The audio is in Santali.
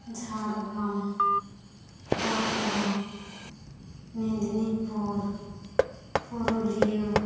ᱡᱷᱟᱲᱜᱨᱟᱢ ᱵᱟᱸᱠᱩᱲᱟ ᱢᱤᱫᱽᱱᱤᱯᱩᱨ ᱯᱩᱨᱩᱞᱤᱭᱟᱹ